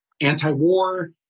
anti-war